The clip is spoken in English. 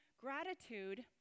gratitude